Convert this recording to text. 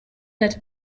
that